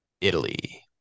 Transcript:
Italy